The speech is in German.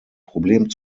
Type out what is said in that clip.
problem